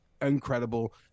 incredible